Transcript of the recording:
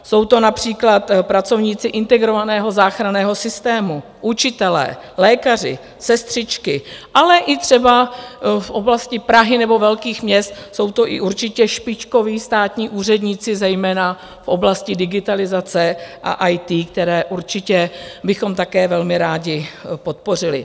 Jsou to například pracovníci integrovaného záchranného systému, učitelé, lékaři, sestřičky, ale i třeba v oblasti Prahy nebo velkých měst jsou to i určitě špičkoví státní úředníci, zejména v oblasti digitalizace a IT, které určitě bychom také velmi rádi podpořili.